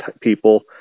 people